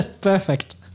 Perfect